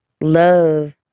love